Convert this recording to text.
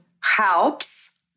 helps